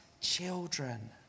children